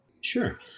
Sure